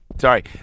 Sorry